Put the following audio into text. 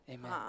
Amen